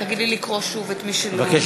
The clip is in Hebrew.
אני מבקש לקרוא שוב את השמות,